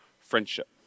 Friendship